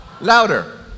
Louder